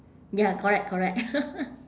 ya correct correct